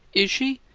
is she?